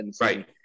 Right